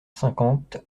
cinquante